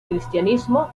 cristianismo